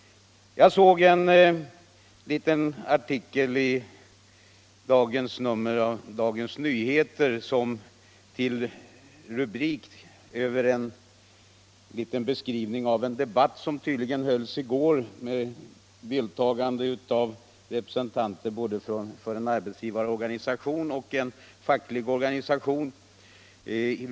Jag såg i en artikel i dagens nummer av Dagens Nyheter en beskrivning av en debatt som tydligen hölls i går med deltagande av representanter från både en arbetsgivarorganisation och en facklig organisation.